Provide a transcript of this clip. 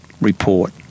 report